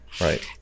right